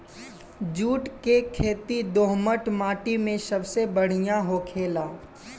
जुट के खेती दोहमट माटी मे सबसे बढ़िया होखेला